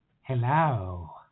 Hello